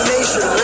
Nation